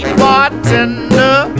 bartender